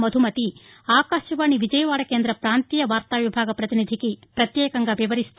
మధుమతి ఆకాశవాణి విజయవాడ కేంద్ర ప్రాంతీయ వార్తా విభాగ ప్రపతినిధికి ప్రత్యేకంగా వివరిస్తూ